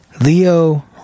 Leo